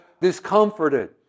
discomforted